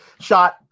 shot